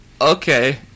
Okay